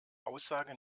aussage